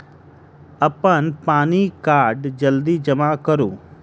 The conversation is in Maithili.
अप्पन पानि कार्ड जल्दी जमा करू?